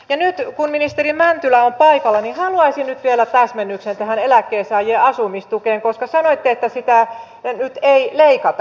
ja nyt kun ministeri mäntylä on paikalla haluaisin nyt vielä täsmennyksen tähän eläkkeensaajien asumistukeen koska sanoitte että sitä nyt ei leikata